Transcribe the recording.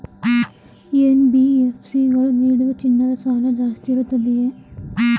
NBFC ಗಳು ನೀಡುವ ಚಿನ್ನದ ಸಾಲ ಜಾಸ್ತಿ ಇರುತ್ತದೆಯೇ?